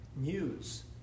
news